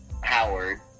Howard